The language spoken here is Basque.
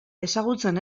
ezagutzen